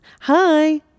Hi